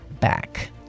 back